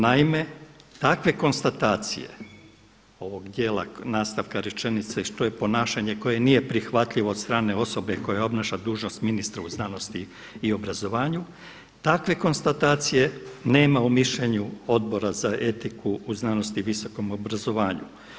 Naime, takve konstatacije ovog dijela nastavka rečenice što je ponašanje koje nije prihvatljivo od strane osobe koja obnaša dužnost ministra u znanosti i obrazovanju, takve konstatacije nema u mišljenju Odbora za etičku u znanosti i visokom obrazovanju.